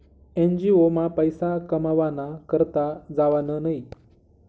NGO मा पैसा कमावाना करता जावानं न्हयी